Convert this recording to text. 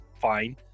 fine